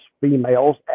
females